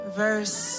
verse